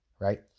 right